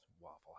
Waffle